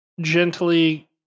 gently